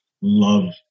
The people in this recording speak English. love